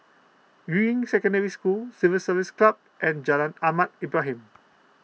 Yuying Secondary School Civil Service Club and Jalan Ahmad Ibrahim